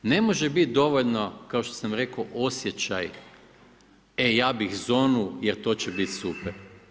Ne može bit dovoljno kao što sam rekao osjećaj, e ja bih zonu, jer to će bit super.